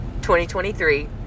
2023